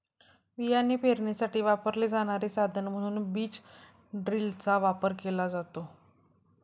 बियाणे पेरणीसाठी वापरले जाणारे साधन म्हणून बीज ड्रिलचा वापर केला जातो